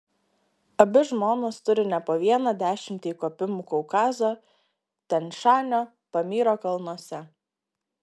abi žmonos turi ne po vieną dešimtį įkopimų kaukazo tian šanio pamyro kalnuose